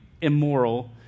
immoral